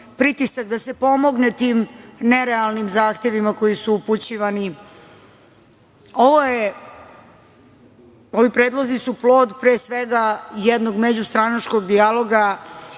da se pomogne tim nerealnim zahtevima koji su upućivani. Ovi predlozi su plod, pre svega, jednog međustranačkog dijaloga